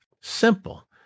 Simple